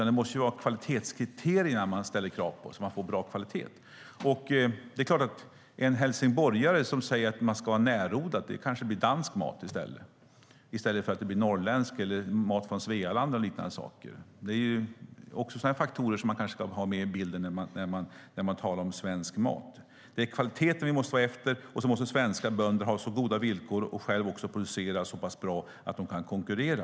Det måste vara kvalitetskriterierna som man ställer krav på, så att man får bra kvalitet. För en helsingborgare som säger att man ska ha närodlat kanske det blir dansk mat i stället för norrländsk mat, mat från Svealand eller något liknande. Det är sådana faktorer som man ska ha med i bilden när man talar om svensk mat. Det är kvaliteten vi måste gå efter, och sedan måste svenska bönder ha så goda villkor och själva producera så pass bra att de kan konkurrera.